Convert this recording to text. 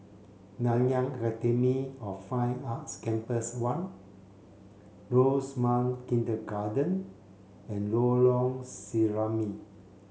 Nanyang Academy of Fine Arts Campus one Rosemount Kindergarten and Lorong Serambi